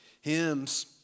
hymns